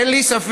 אין לי ספק